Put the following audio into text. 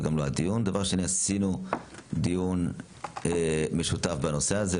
דבר שני, עשינו דיון משותף בנושא הזה.